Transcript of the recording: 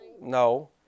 no